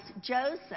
Joseph